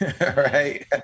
right